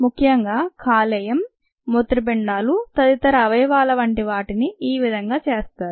ముఖ్యంగా కాలేయం మూత్రపిండాలు తదితర అవయవాల వంటి వాటిని ఈ విధంగా చేస్తారు